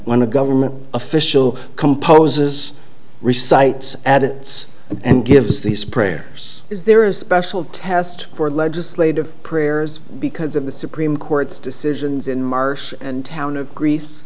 when a government official composes recites ads and gives these prayers is there a special test for legislative prayers because of the supreme court's decisions in march and town of gre